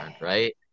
right